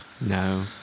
No